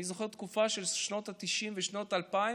אני זוכר שבתקופה של שנות התשעים ושנות האלפיים